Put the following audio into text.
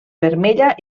vermella